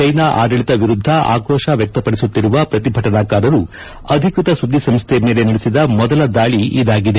China ಆಡಳಿತ ವಿರುದ್ದ ಆಕ್ರೋಶ ವ್ಯಕ್ತಪಡಿಸುತ್ತಿರುವ ಪ್ರತಿಭಟನಾಕಾರರು ಅಧಿಕೃತ ಸುದ್ದಿಸಂಸ್ಥೆ ಮೇಲೆ ನಡೆಸಿದ ಮೊದಲ ದಾಳಿ ಇದಾಗಿದೆ